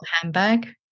handbag